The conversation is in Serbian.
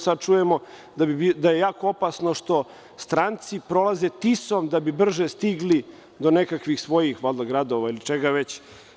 Sada čujemo da je jako opasno što stranci prolaze Tisom da bi brže stigli do nekakvih svojih gradova ili čega već.